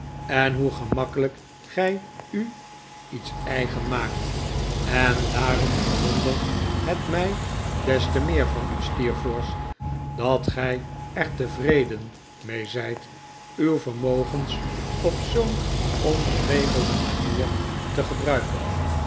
en hoe gemakkelijk gij u iets eigen maakt en daarom verwondert het mij des te meer van u steerforth dat gij er tevreden mee zijt uw vermogens op zoo'n ongeregelde manier te gebruiken